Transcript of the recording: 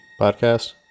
podcast